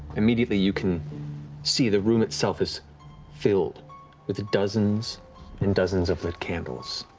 immediately you can see the room itself is filled with dozens and dozens of lit candles,